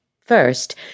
First